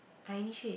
I initiate